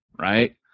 right